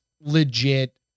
legit